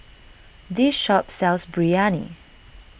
this shop sells Biryani